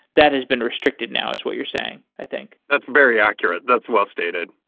that has been restricted now is what you're saying, i think that's very accurate. that's well-stated.